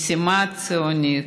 משימה ציונית.